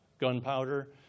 gunpowder